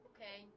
Okay